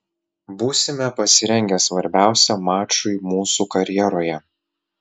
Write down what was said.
būsime pasirengę svarbiausiam mačui mūsų karjeroje